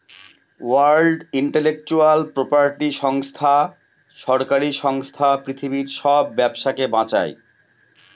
world intellectual property সংস্থা সরকারি সংস্থা পৃথিবীর সব ব্যবসাকে বাঁচায়